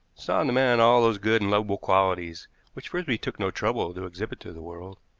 saw in the man all those good and lovable qualities which frisby took no trouble to exhibit to the world.